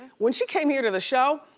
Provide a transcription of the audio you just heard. when she came here to the show,